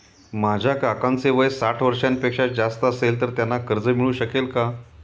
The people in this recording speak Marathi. माझ्या काकांचे वय साठ वर्षांपेक्षा जास्त असेल तर त्यांना कर्ज मिळू शकेल का?